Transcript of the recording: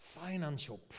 Financial